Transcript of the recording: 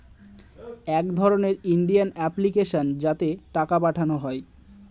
এক রকমের Indian application যাতে টাকা পাঠানো হয়